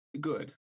Good